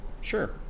Sure